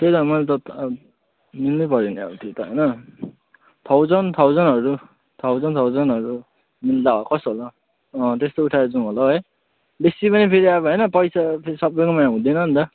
त्यही त मैले त मिल्नै पऱ्यो नि अब त्यो त होइन थाउजन्ड थाउजन्डहरू थाउजन्ड थाउजन्डहरू मिल्दा कसो होला हौ अँ त्यस्तो उठाएर जाउँ होला है बेसी पनि फेरि अब होइन पैसा सबैकोमा हुँदैन नि त